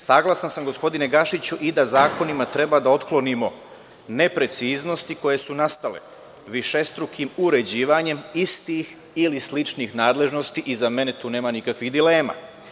Saglasan sam, gospodine Gašiću, i da zakonima treba da otklonimo nepreciznosti koje su nastale višestrukim uređivanjem istih ili sličnih nadležnosti i za mene tu nema nikakvih dilema.